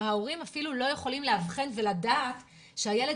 וההורים אפילו לא יכולים לאבחן ולדעת שהילד